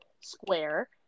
square